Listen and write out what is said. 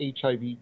HIV